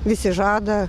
visi žada